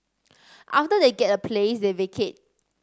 after they get a place they vacate